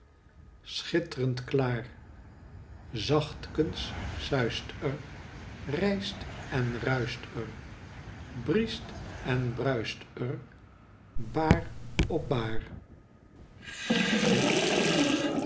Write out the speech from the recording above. schittrend klaar zachtkens suist er rijst en ruischt er briescht en bmist er baarop baar